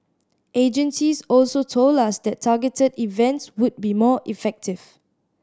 agencies also told us that targeted events would be more effective